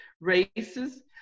races